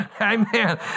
Amen